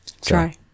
Try